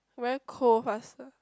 very cold faster